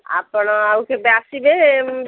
ଆପଣ ଆଉ କେବେ ଆସିବେ